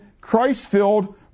Christ-filled